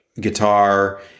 guitar